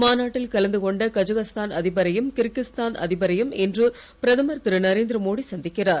மாநாட்டில் கலந்துகொண்ட கதகஸ்தான் அதிபரையும் கிரிகிஸ்தான் அதிபரையும் இன்று பிரதமர் திருநரேந்திர மோடி சந்திக்கிறார்